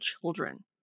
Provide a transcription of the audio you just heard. children